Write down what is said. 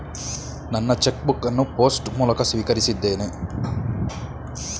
ನನ್ನ cheque book ಅನ್ನು post ಮೂಲಕ ಸ್ವೀಕರಿಸಿದ್ದೇನೆ